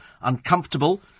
uncomfortable